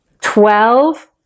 twelve